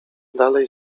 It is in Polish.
dalej